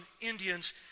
Indians